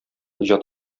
иҗат